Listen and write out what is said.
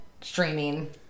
streaming